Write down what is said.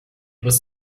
was